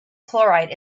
chloride